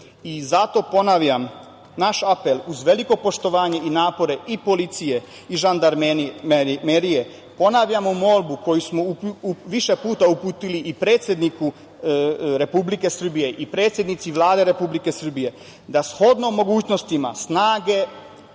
Zato ponavljam naš apel, uz veliko poštovanje i napore i policije i žandarmerije, ponavljamo molbu koju smo više puta uputili i predsedniku Republike Srbije i predsednici Vlade Republike Srbije da, shodno mogućnostima snage